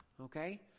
okay